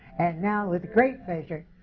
and now, with great pleasure,